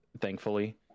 thankfully